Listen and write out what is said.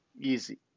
Easy